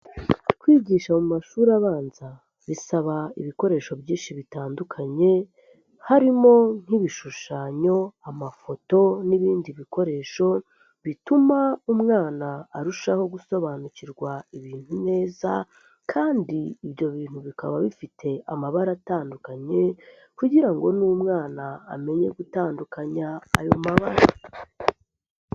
Kwigisha mu mashuri abanza bisaba ibikoresho byinshi bitandukanye harimo nk'ibishushanyo, amafoto n'ibindi bikoresho bituma umwana arushaho gusobanukirwa ibintu neza kandi ibyo bintu bikaba bifite amabara atandukanye kugira ngo n'umwana amenye gutandukanya ayo mabara.